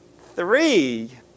Three